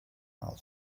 old